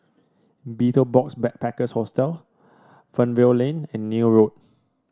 Betel Box Backpackers Hostel Fernvale Lane and Neil Road